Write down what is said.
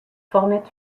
formait